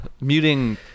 muting